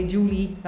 Julie